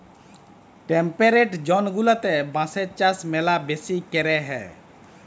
temperate zone গুলাতে বাঁশের চাষ ম্যালা বেশি ক্যরে হ্যয়